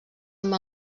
amb